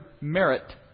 merit